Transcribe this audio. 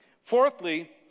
Fourthly